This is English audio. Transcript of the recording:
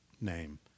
name